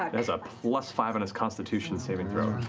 that is a plus five on its constitution saving throw.